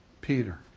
Peter